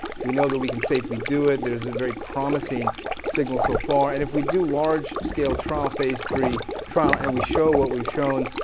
we know that we can safely do it, there's a very promising signal so far. and if we do large-scale trial phase three trial and we show what we've shown,